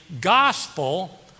gospel